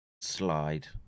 slide